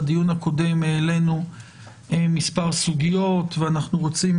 בדיון הקודם העלינו מספר סוגיות, ואנחנו רוצים